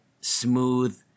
smooth